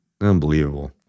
Unbelievable